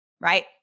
right